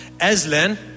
aslan